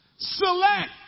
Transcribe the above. select